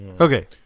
Okay